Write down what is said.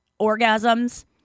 orgasms